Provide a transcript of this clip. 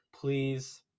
please